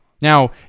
Now